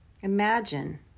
Imagine